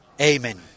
Amen